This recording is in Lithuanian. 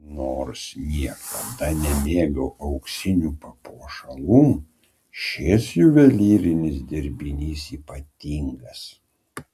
nors niekada nemėgau auksinių papuošalų šis juvelyrinis dirbinys ypatingas